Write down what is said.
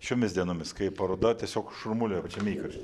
šiomis dienomis kai paroda tiesiog šurmuliuoja pačiame įkaršty